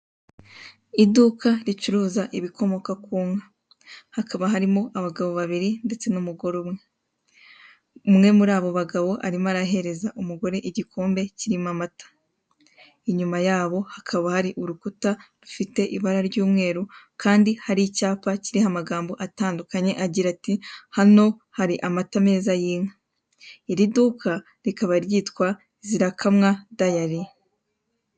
Iduka ricuruza ibikomoka ku nka. Hakaba harimo abagabo babiri ndetse n'umugore umwe. Umwe muri abo bagabo arimo arahereza umugore igikombe kirimo amata. Inyuma yabo hakaba hari urukuta rufite ibara ry'umweru kandi hari icyapa kiriho amagambo atandukanye agira ati: <<Hano hari amata meza y'inka.>> Iri duka rikaba ryitwa Zirakamwa dayali.